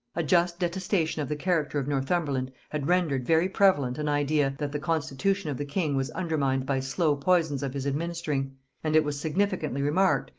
a just detestation of the character of northumberland had rendered very prevalent an idea, that the constitution of the king was undermined by slow poisons of his administering and it was significantly remarked,